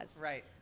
right